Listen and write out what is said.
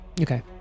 Okay